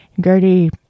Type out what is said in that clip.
Gertie